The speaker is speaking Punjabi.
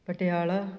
ਪਟਿਆਲਾ